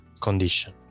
condition